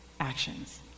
Actions